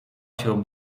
się